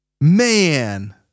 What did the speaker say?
Man